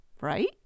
right